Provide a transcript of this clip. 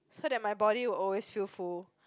so that my body will always feel full